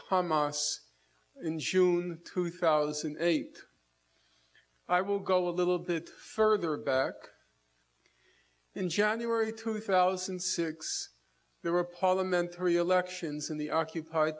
hamas in june two thousand and eight i will go a little bit further back in january two thousand and six there were parliamentary elections in the occupied